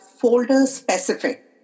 folder-specific